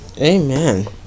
Amen